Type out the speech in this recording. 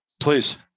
Please